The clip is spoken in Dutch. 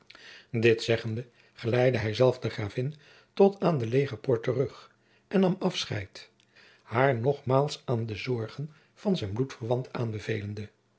dit zeggende geleidde hij zelf de gravin tot aan de legerpoort terug en nam afscheid haar nogmaals aan de zorgen van zijnen bloedverwant aanbevelende